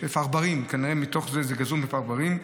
כנראה זה גזור מפרברים,